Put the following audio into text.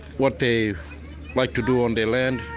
what they like to do on the land,